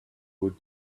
would